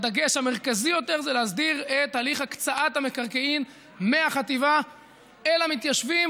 הדגש המרכזי יותר זה להסדיר את הליך הקצאת המקרקעין מהחטיבה אל המתיישבים